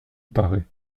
paraît